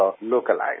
localized